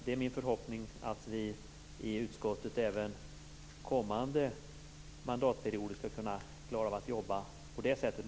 Det är min förhoppning att vi i utskottet även under kommande mandatperioder skall kunna jobba på det sättet.